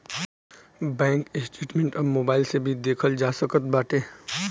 bank statement अब mobile से भी देखल जा सकत बाटे